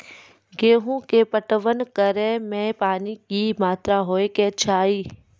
गेहूँ के पटवन करै मे पानी के कि मात्रा होय केचाही?